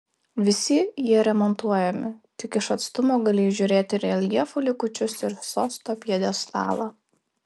visi jie remontuojami tik iš atstumo gali įžiūrėti reljefų likučius ir sosto pjedestalą